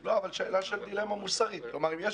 אני מבין שאם יש